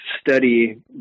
study